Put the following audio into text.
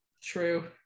True